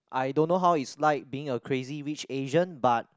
I don't know how it's like being a Crazy-Rich-Asian but